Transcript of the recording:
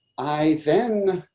i then